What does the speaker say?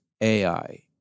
AI